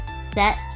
set